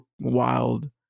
wild